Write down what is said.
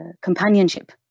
companionship